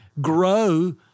grow